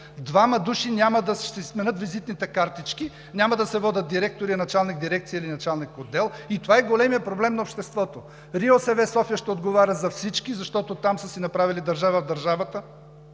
Двама души ще си сменят визитните картички, няма да се водят директори, а началник дирекция или началник отдел и това е големият проблем на обществото. РИОСВ – София, ще отговаря за всички, защото там са си направили държава в държавата